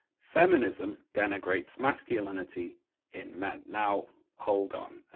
feminism denigrates masculinity in men. now, hold on.